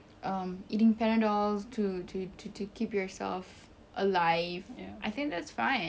um eating panadols to to to keep yourself alive I think that's fine